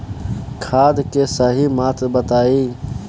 खाद के सही मात्रा बताई?